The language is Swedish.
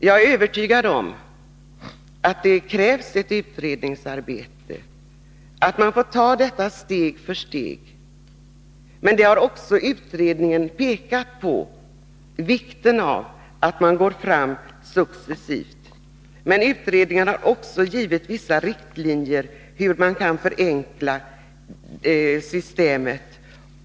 Jag är övertygad om att det krävs ett utredningsarbete, att man får ta det hela steg för steg. Utredningen har också pekat på vikten av att gå fram successivt. Utredningen har dessutom givit vissa riktlinjer för hur man kan förenkla systemet.